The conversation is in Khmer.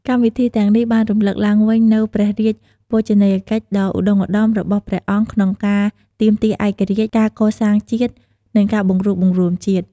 កម្មវិធីទាំងនេះបានរំលឹកឡើងវិញនូវព្រះរាជបូជនីយកិច្ចដ៏ឧត្តុង្គឧត្តមរបស់ព្រះអង្គក្នុងការទាមទារឯករាជ្យ ការកសាងជាតិ និងការបង្រួបបង្រួមជាតិ។